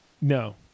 no